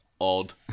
odd